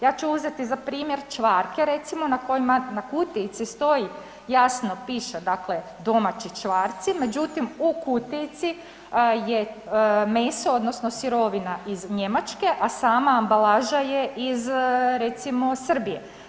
Ja ću uzeti za primjer čvarke recimo na kojima na kutijici stoji jasno piše dakle domaći čvarci, međutim u kutijici je meso odnosno sirovina iz Njemačke, a sama ambalaža je iz recimo Srbije.